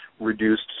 reduced